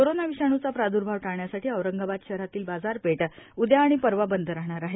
corona विषाणूचा प्रादुर्भाव टाळण्यासाठी औरंगाबाद शहरातली बाजारपेठ उद्या आणि परवा बंद राहणार आहे